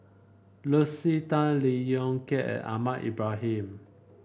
Lucy Tan Lee Yong Kiat and Ahmad Ibrahim